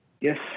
Yes